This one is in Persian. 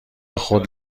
خود